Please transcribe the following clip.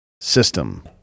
system